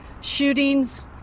shootings